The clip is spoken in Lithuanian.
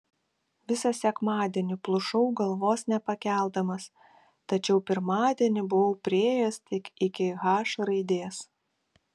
visą sekmadienį plušau galvos nepakeldamas tačiau pirmadienį buvau priėjęs tik iki h raidės